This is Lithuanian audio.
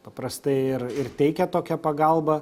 paprastai ir ir teikia tokią pagalbą